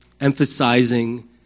emphasizing